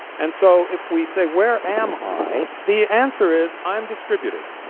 and so if we say where am i? the answer is, i'm distributed,